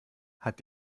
hat